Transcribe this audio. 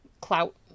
clout